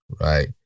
right